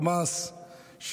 חמאס,